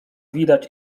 widać